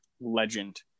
legend